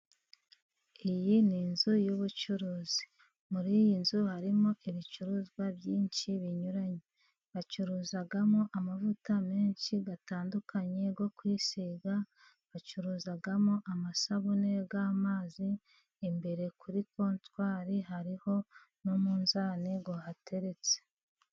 Iyi ni inzu y'ubucuruzi. Muri iyi nzu harimo ibicuruzwa byinshi binyuranye. Bacuruzamo amavuta menshi atandukanye yo kwisiga, bacuruzamo amasabune y'amazi, imbere kuri kontwari hariho n'umunzani uhateretse.